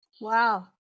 Wow